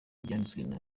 byatsinzwe